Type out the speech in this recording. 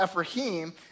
Ephraim